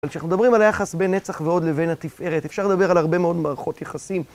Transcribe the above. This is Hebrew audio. כשאנחנו מדברים על היחס בין נצח והוד לבין התפארת אפשר לדבר על הרבה מאוד מערכות יחסים